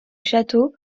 château